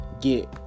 get